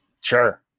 sure